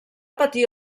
patir